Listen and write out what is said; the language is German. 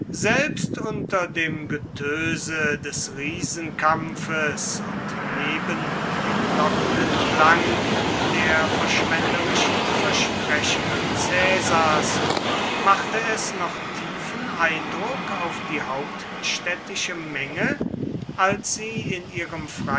selbst unter dem getöse des riesenkampfes und neben dem lockenden klang der verschwenderischen versprechungen caesars machte es noch tiefen eindruck auf die hauptstädtische menge als sie in ihrem